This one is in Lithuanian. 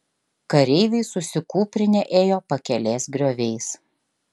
kareiviai susikūprinę ėjo pakelės grioviais